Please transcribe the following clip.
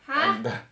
from the